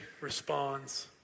responds